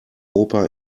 opa